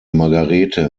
margarethe